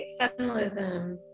exceptionalism